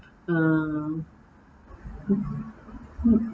mm mm